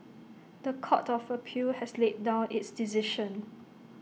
The Court of appeal has laid down its decision